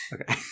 Okay